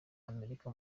amerika